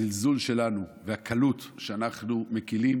הזלזול שלנו והקלות שאנחנו מקילים